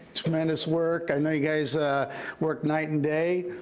tremendous work i know you guys worked night and day,